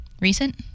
recent